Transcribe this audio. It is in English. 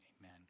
amen